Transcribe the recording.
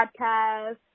Podcast